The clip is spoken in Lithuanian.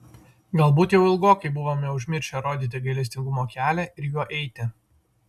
galbūt jau ilgokai buvome užmiršę rodyti gailestingumo kelią ir juo eiti